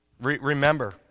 Remember